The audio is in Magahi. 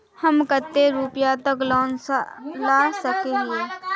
हम कते रुपया तक लोन ला सके हिये?